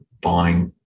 buying